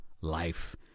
life